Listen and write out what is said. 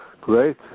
great